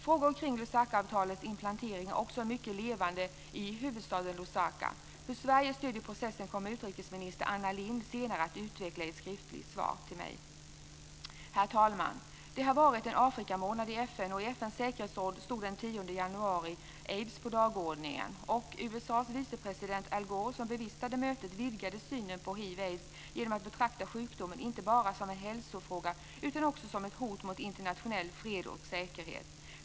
Frågor kring Lusakaavtalets implementering är också mycket levande i huvudstaden Lusaka. Hur Sverige stöder processen kommer utrikesminister Anna Lindh att senare utveckla i ett skriftligt svar till mig. Herr talman! Det har varit en Afrikamånad i FN. I FN:s säkerhetsråd stod den 10 januari aids på dagordningen. USA:s vicepresident Al Gore, som bevistade mötet, vidgade synen på hiv/aids genom att betrakta sjukdomen inte bara som en hälsofråga utan också som ett hot mot internationell fred och säkerhet.